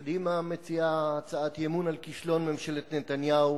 קדימה מציעה הצעת אי-אמון על כישלון ממשלת נתניהו